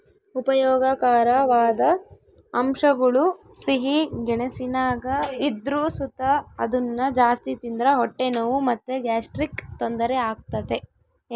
ಉಪಯೋಗಕಾರವಾದ ಅಂಶಗುಳು ಸಿಹಿ ಗೆಣಸಿನಾಗ ಇದ್ರು ಸುತ ಅದುನ್ನ ಜಾಸ್ತಿ ತಿಂದ್ರ ಹೊಟ್ಟೆ ನೋವು ಮತ್ತೆ ಗ್ಯಾಸ್ಟ್ರಿಕ್ ತೊಂದರೆ ಆಗ್ತತೆ